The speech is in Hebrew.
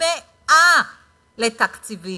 שצמאה לתקציבים.